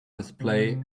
display